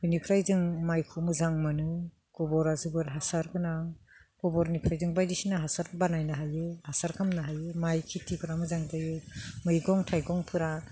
बेनिफ्राय जों माइखौ मोजां मोनो गोबोरा जोबोर हासार गोनां गोबोरनिफ्राय जों बायदिसिना हासार बानायनो हायो हासार खालामनो हायो माइ खेतिफोरा मोजां जायो मैगं थाइगंफोरा